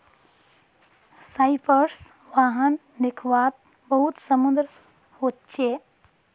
Cyprus wine दाख्वात बहुत सुन्दर होचे